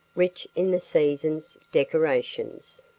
rich in the seasons' decorations.